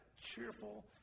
cheerful